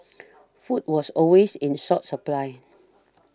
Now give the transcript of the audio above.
food was always in short supply